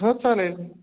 हो चालेल